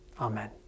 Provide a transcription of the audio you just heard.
Amen